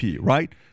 right